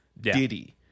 Diddy